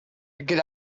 get